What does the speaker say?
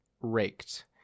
raked